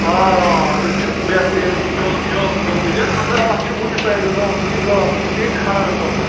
آ آ تِم چھِ بہتریٖن کامیاب گٔمِتۍ مگر اَتھ چھُ ہُمہِ سایڈٕ زآمُت یہِ گاسہٕ یہِ چھُ یِہوے کھَران پَہمَتھ